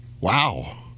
Wow